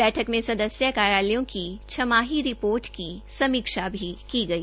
बैठक में सदस्य कार्यालयों की छीमाही रिपोर्ट की समीक्षा भी की गई